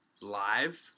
live